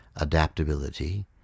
adaptability